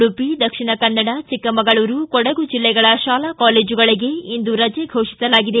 ಉಡುಪಿ ದಕ್ಷಿಣ ಕನ್ನಡ ಚಿಕ್ಕಮಂಗಳೂರು ಕೊಡಗು ಜಿಲ್ಲೆಗಳ ಶಾಲಾ ಕಾಲೇಜುಗಳಿಗೆ ಇಂದು ರಜೆ ಘೋಷಿಸಲಾಗಿದೆ